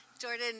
Jordan